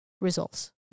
results